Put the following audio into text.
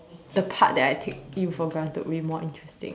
the part that I take you for granted will be more interesting